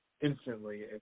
instantly